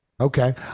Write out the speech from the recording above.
Okay